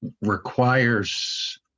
requires